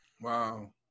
Wow